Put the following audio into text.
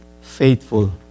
faithful